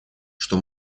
что